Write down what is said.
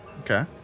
Okay